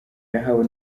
yahawe